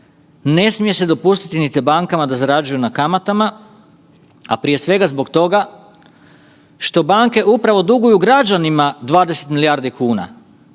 ne smije se dopustiti niti bankama da zarađuju na kamatama, a prije svega zbog toga što banke upravo duguju građanima 20 milijardi kuna.